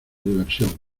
diversión